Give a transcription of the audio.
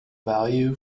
value